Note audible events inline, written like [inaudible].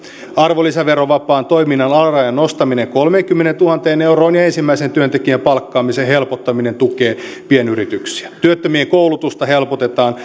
arvonlisäverovapaan toiminnan alarajan nostaminen kolmeenkymmeneentuhanteen euroon ja ensimmäisen työntekijän palkkaamisen helpottaminen tukevat pienyrityksiä työttömien koulutusta helpotetaan [unintelligible]